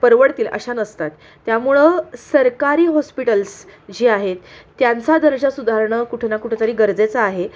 परवडतील अशा नसतात त्यामुळं सरकारी हॉस्पिटल्स जे आहेत त्यांचा दर्जा सुधारणं कुठं ना कुठं तरी गरजेचं आहे